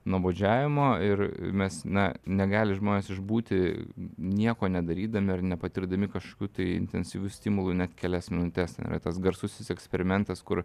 nuobodžiavimo ir mes na negali žmonės išbūti nieko nedarydami ar nepatirdami kažkokių tai intensyvių stimulų net kelias minutes ten yra tas garsusis eksperimentas kur